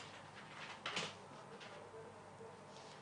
כבר בתקציב הקרוב.